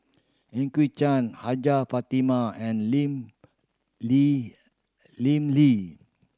Eugene Chen Hajjah Fatimah and Lim Lee Lim Lee